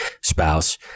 spouse